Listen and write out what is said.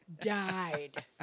died